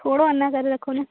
थोरो अञां करे रखो न